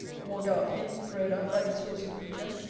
more dark hints thrown out by the saucy creature.